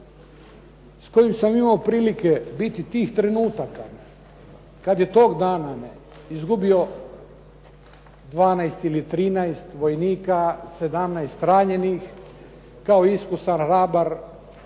s kojim sam imao prilike biti tih trenutaka kad je tog dana izgubio 12 ili 13 vojnika, 17 ranjenih, kao iskusan hrabar